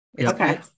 Okay